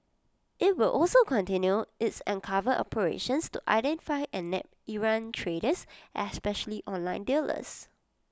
IT will also continue its undercover operations to identify and nab errant traders especially online dealers